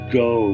go